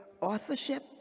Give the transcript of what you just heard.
authorship